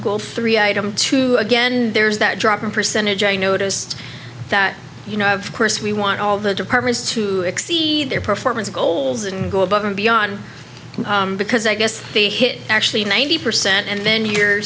next three item two again there's that dropping percentage i noticed that you know of course we want all the departments to exceed their performance goals and go above and beyond because i guess they hit actually ninety percent and then y